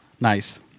Nice